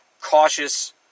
cautious